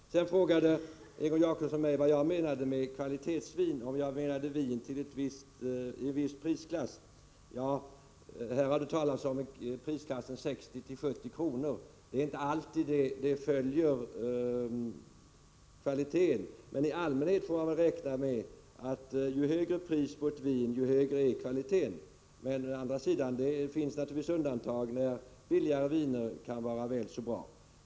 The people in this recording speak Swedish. Sedan frågade Egon Jacobsson mig vad jag menar med kvalitetsvin — om jag menar vin i en viss prisklass. Ja, här har talats om prisklassen 60-70 kr. Det är inte alltid priset följer kvaliteten, men i allmänhet får man väl räkna med att ju högre priset är på ett vin, desto högre är kvaliteten. Å andra sidan finns det naturligtvis undantag, där billigare viner kan vara väl så bra.